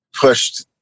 pushed